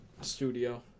studio